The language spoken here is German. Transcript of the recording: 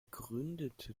gründete